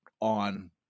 on